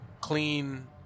clean